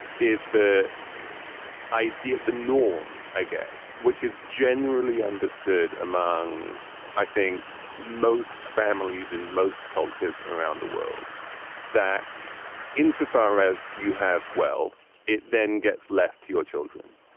is the idea the norm, i guess, which is generally understood among i think most families in most cultures around the world that insofar as you have wealth, it then gets left to your children.